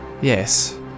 Yes